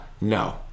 no